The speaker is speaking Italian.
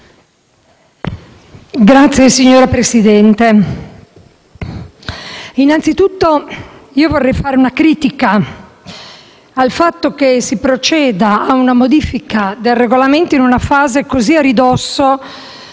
Signora Presidente, innanzitutto, vorrei criticare il fatto che si proceda a una modifica del Regolamento in una fase così a ridosso